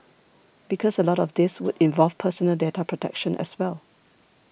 because a lot of this would involve personal data protection as well